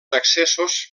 accessos